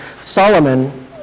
Solomon